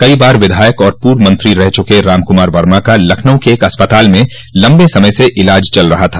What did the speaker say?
कई बार विधायक और पूर्व मंत्री रह चुके राम कुमार वमा का लखनऊ के एक अस्पताल में लम्ब समय से इलाज चल रहा था